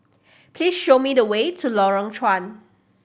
please show me the way to Lorong Chuan